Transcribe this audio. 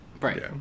Right